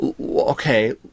okay